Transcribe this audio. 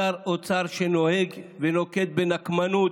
שר אוצר שנוהג ונוקט נקמנות,